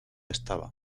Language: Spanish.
estaba